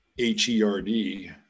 h-e-r-d